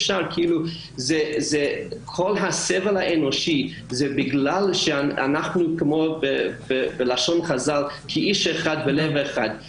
כל הסבל האנושי הוא בגלל שאנחנו כאיש אחד ולב אחד,